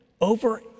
over